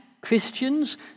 Christians